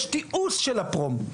יש תיעוש של הפרום.